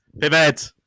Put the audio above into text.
pivot